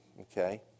okay